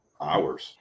hours